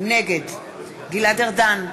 נגד גלעד ארדן,